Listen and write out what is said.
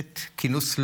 הכנסת,